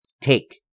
take